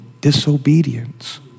disobedience